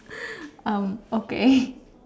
um okay